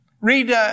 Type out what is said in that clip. Read